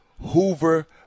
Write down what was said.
Hoover